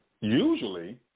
Usually